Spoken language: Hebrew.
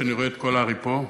כשאני רואה את כל הר"י פה,